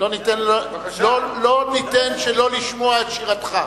לא ניתן שלא לשמוע את שירתך.